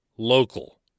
local